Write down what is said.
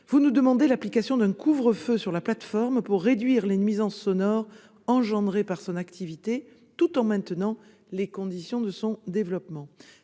vous me demandez l'application d'un couvre-feu sur la plateforme pour réduire les nuisances sonores engendrées par son activité, tout en maintenant les conditions de son développement.